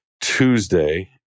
Tuesday